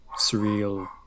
surreal